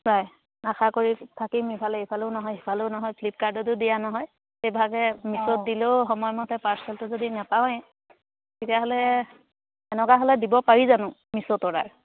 আশা কৰি থাকিম ইফালে ইফালেও নহয় ইফালেও নহয় ফ্লিপকাৰ্টতো দিয়া নহয় সেইভাগে মিছত দিলেও সময়মতে পাৰ্চেলটো যদি নেপাওঁয়েই তেতিয়াহ'লে এনেকুৱা হ'লে দিব পাৰি জানো মিশোত অৰ্ডাৰ